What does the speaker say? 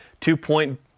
two-point